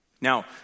Now